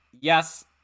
Yes